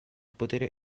potere